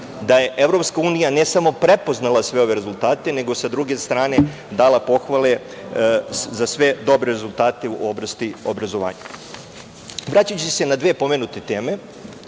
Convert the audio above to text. da je EU ne samo prepoznala sve ove rezultate, nego sa druge strane dala pohvale za sve dobre rezultate u oblasti obrazovanja. Vratiću se na dve pomenute teme.